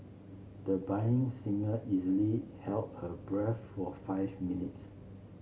the budding singer easily held her breath for five minutes